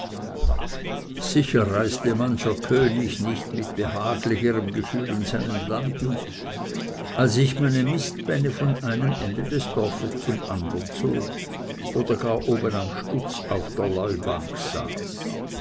sicher reisete mancher könig nicht mit behaglicherem gefühl in seinen landen als ich meine mistbänne von einem ende des dorfes zum andern zog oder gar oben am stutz auf der leubank saß